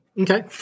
Okay